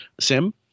Sim